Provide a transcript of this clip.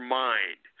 mind